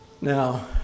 Now